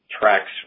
tracks